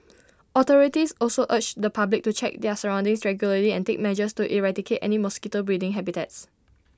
authorities also urge the public to check their surroundings regularly and take measures to eradicate any mosquito breeding habitats